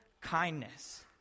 kindness